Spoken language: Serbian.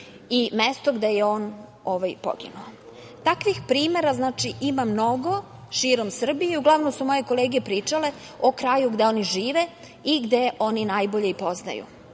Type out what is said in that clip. i mesto gde je on poginuo. Takvih primera ima mnogo širom Srbije i uglavnom su moje kolege pričale o kraju gde oni žive i koji oni najbolje i poznaju.